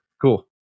Cool